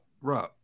Rob